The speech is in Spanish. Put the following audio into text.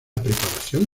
preparación